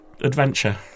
adventure